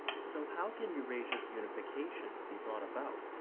so how can eurasia's unification be brought about?